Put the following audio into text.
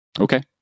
Okay